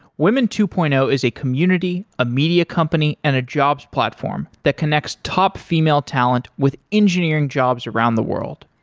women two point zero is a community, a media company and a jobs platform that connects top female talent with engineering jobs around the world.